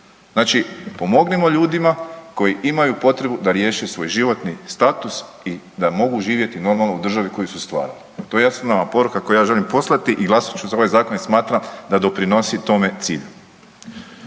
Znači pomognimo ljudima koji potrebu da riješe svoj životni status i da mogu živjeti normalno u državi koju su stvarali. To je …/nerazumljivo/… poruka koju ja želim poslati i glasat ću za ovaj zakon jer smatram da doprinosi tome cilju.